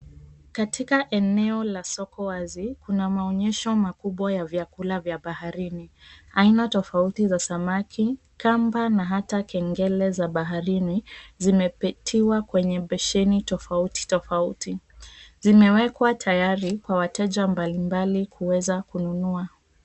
Katika eneo la soko wazi kuna maonyesho makubwa ya vyakula vya baharini. Aina tofauti za samaki, kamba na hata kengele za baharini zimepetiwa kwenye besheni tofauti tofauti. Zimewekwa tayari kwa wateja mbaimbali kuweza kununua.